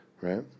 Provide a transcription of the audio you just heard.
Right